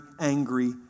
angry